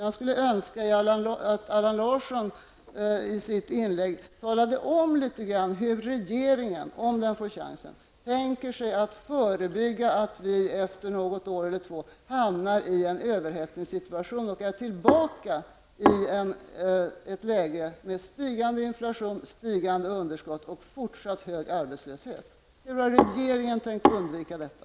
Jag skulle önska att Allan Larsson i sitt inlägg talade om litet grand hur regeringen, om den får chansen, tänker sig att förebygga att vi efter något år eller två hamnar i en överhettningssituation och är tillbaka i ett läge med stigande inflation, stigande underskott och fortsatt hög arbetslöshet. Hur har regeringen tänkt undvika detta?